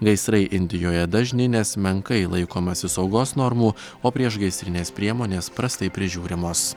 gaisrai indijoje dažni nes menkai laikomasi saugos normų o priešgaisrinės priemonės prastai prižiūrimos